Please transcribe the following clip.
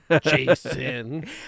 Jason